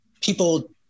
people